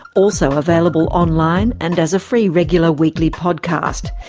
also available online and as a free regular weekly podcast.